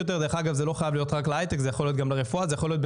זה יכול להיות בתחומים שמדינת ישראל רואה שיש לה אינטרס להשקיע בהם,